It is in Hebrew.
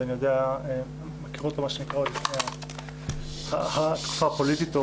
אני מכיר אותו עוד לפני התקופה הפוליטית,